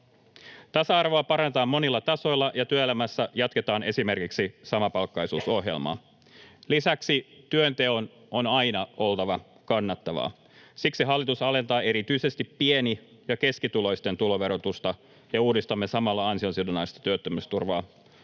Tasa-arvoa parannetaan monilla tasoilla, ja työelämässä jatketaan esimerkiksi samapalkkaisuusohjelmaa. Lisäksi työnteon on aina oltava kannattavaa. Siksi hallitus alentaa erityisesti pieni- ja keskituloisten tuloverotusta, ja uudistamme samalla ansiosidonnaista työttömyysturvaa.